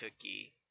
cookie